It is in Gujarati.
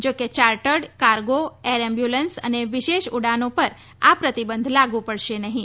જોકે યાર્ટડ કાર્ગો એર એમ્બ્યુલન્સ અને વિશેષ ઉડાનો પર આ પ્રતિબંધ લાગુ પડશે નહીં